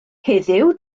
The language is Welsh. heddiw